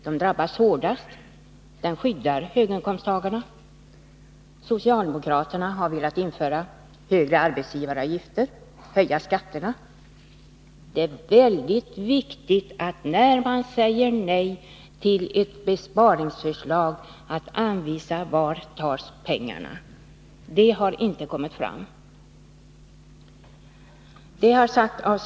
De drabbas hårdast, medan höginkomsttagarna skyddas. Socialdemokraterna vill införa högre arbetsgivaravgifter och höja skatterna. När man säger nej till ett besparingsförslag, är det viktigt att anvisa var pengarna skall tas. Detta har dock inte kommit fram.